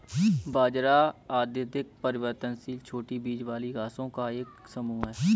बाजरा अत्यधिक परिवर्तनशील छोटी बीज वाली घासों का एक समूह है